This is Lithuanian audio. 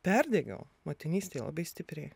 perdegiau motinystėj labai stipriai